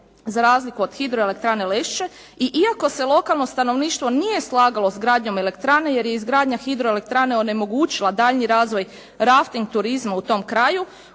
za razliku od Hidroelektrane Lešće i iako se lokalno stanovništvo nije slagalo s gradnjom elektrane jer je izgradnja hidroelektrane onemogućila daljnji razvoj rafting turizma u tom kraju,